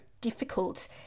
difficult